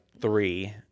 three